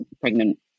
pregnant